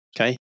okay